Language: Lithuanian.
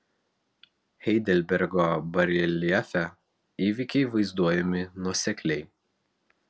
heidelbergo bareljefe įvykiai vaizduojami nuosekliai